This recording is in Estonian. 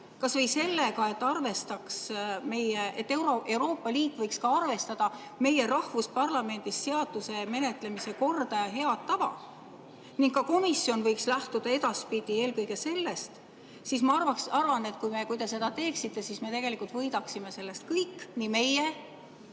kas või sellega, et Euroopa Liit võiks ka arvestada meie rahvusparlamendis seaduse menetlemise korda ja head tava ning ka komisjon võiks lähtuda edaspidi eelkõige sellest. Ma arvan, et kui te seda teeksite, siis me tegelikult võidaksime sellest kõik – nii meie